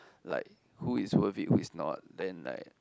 like who is worth it who is not then like